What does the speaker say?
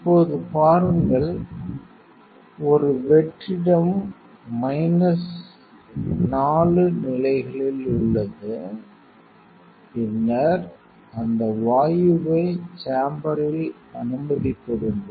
இப்போது பாருங்கள் ஒரு வெற்றிடம் மைனஸ் 4 நிலைகளில் உள்ளது பின்னர் அந்த வாயுவை சேம்பர்ரில் அனுமதி கொடுங்கள்